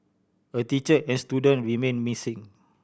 a teacher and student remain missing